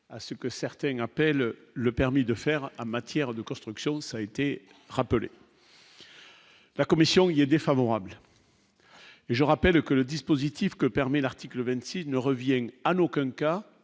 à ce que certains appellent le permis de faire en matière de construction, ça a été rappelé. La commission il y a défavorable. Et je rappelle que le dispositif que permet l'article 26 ne revienne à nos